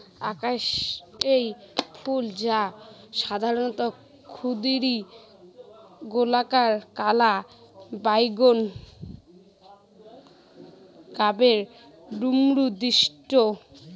আকাই ফল, যা সাধারণত ক্ষুদিরী, গোলাকার, কালা বাইগোন গাবের ডুমুর সদৃশ